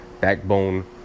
backbone